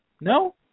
No